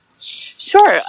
sure